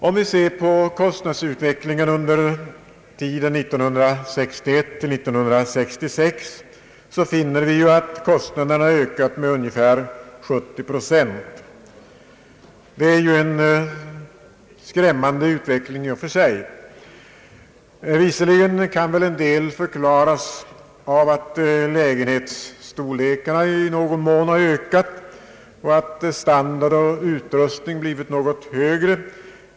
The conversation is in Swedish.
Om vi ser på kostnadsutvecklingen under tiden 1961—1966 finner vi att kostnaderna ökat med ungefär 70 procent. Det är ju en skrämmande utveckling i och för sig. Visserligen har lägenhetsstorlekarna i någon mån ökat, och standard och utrustning har blivit något bättre.